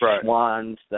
Swans